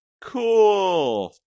Cool